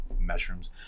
mushrooms